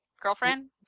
girlfriend